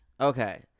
okay